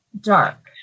dark